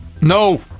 No